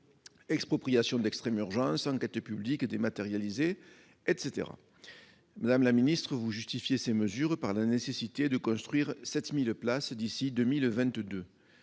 expropriation d'extrême urgence, enquête publique dématérialisée, etc. Madame la garde des sceaux, vous justifiez ces mesures par la nécessité de construire 7 000 places d'ici à 2022,